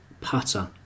putter